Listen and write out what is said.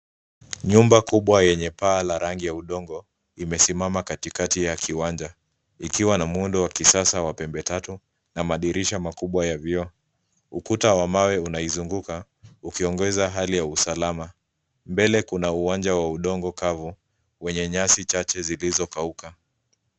Nyumba kubwa yenye paa la rangi ya udongo katikati ya kiwanja; ikiwa na muundo wa kisasa wa pembe tatu na madirisha makubwa ya vioo. Ukuta wa mawe unaizunguka, ukiongeza hali ya usalama. Mbele kuna uwanja wa udongo kavu wenye nyasi chache zilizokauka.